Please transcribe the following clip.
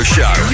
Show